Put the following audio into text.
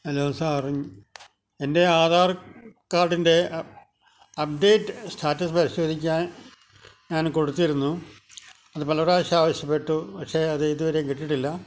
hello sir എൻ്റെ ആധാർ കാർഡിൻ്റെ update status പരിശോധിക്കാൻ ഞാൻ കൊടുത്തിരുന്നു അത് പല പ്രാവശ്യം ആവശ്യപ്പെട്ടു പക്ഷേ അത് ഇതുവരേം കിട്ടീട്ടില്ല